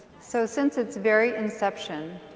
so since its very inception,